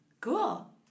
Cool